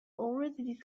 already